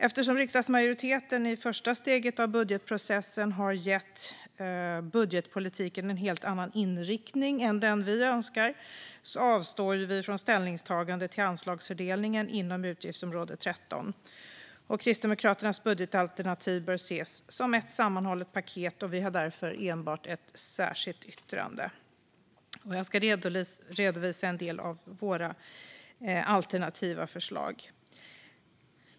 Eftersom riksdagsmajoriteten i första steget av budgetprocessen har gett budgetpolitiken en helt annan inriktning än den vi önskar avstår vi från ställningstagande till anslagsfördelningen inom utgiftsområde 13. Kristdemokraternas budgetalternativ bör ses som ett sammanhållet paket, och vi har därför enbart ett särskilt yttrande. Jag ska redovisa en del av våra alternativa förslag.